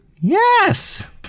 Yes